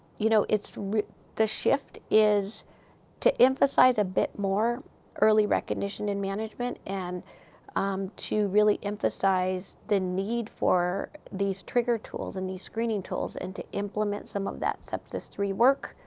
you know, the shift is to emphasize a bit more early recognition and management, and um to really emphasize the need for these trigger tools and these screening tools. and to implement some of that sepsis three work,